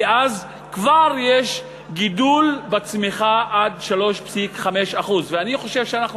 וכבר יש גידול בצמיחה עד 3.5%. ואני חושב שאנחנו